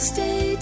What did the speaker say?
Stay